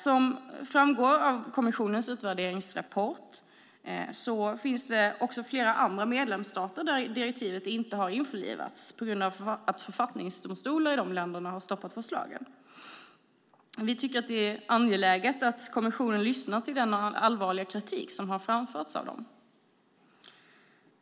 Som framgår av kommissionens utvärderingsrapport finns det även flera andra medlemsstater där direktivet inte har införlivats på grund av att författningsdomstolarna i de länderna har stoppat förslagen. Vi tycker att det är angeläget att kommissionen lyssnar till den allvarliga kritik som framförts.